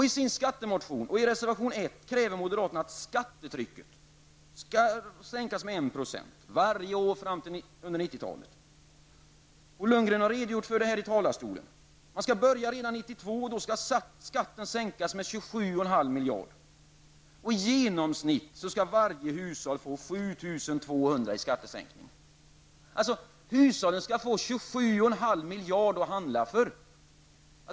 I sin skattemotion och reservation nr 1 kräver moderaterna att ''skattetrycket'' skall sänkas med 1 % varje år under 90-talet. Bo Lundgren har redogjort för detta i talarstolen. Man skall börja redan år 1992, och då skall skatten sänkas med 27,5 miljarder? Moderaterna säger att varje hushåll i genomsnitt skall få 7 200 kr. i skattesänkning. Hushållen skall således få 27,5 miljarder att handla för.